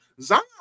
Zion